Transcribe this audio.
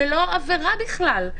זו לא עבירה בכלל,